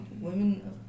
Women